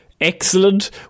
Excellent